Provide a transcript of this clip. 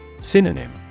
Synonym